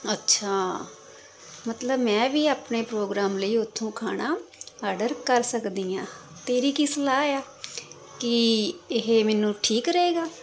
ਅੱਛਾ ਮਤਲਬ ਮੈਂ ਵੀ ਆਪਣੇ ਪ੍ਰੋਗਰਾਮ ਲਈ ਉੱਥੋਂ ਖਾਣਾ ਆਡਰ ਕਰ ਸਕਦੀ ਹਾਂ ਤੇਰੀ ਕੀ ਸਲਾਹ ਆ ਕੀ ਇਹ ਮੈਨੂੰ ਠੀਕ ਰਹੇਗਾ